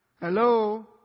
Hello